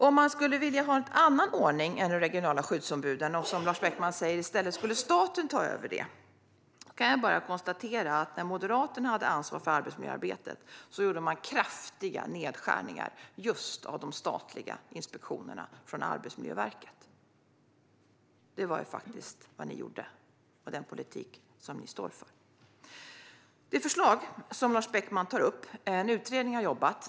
Om man skulle vilja ha en annan ordning än den med de regionala skyddsombuden och att i stället, som Lars Beckman säger, staten skulle ta över det kan jag bara konstatera att när Moderaterna hade ansvar för arbetsmiljöarbetet gjorde man kraftiga nedskärningar just av de statliga inspektionerna från Arbetsmiljöverket. Det var faktiskt vad ni gjorde och den politik som ni står för. När det gäller det förslag som Lars Beckman tar upp har en utredning jobbat.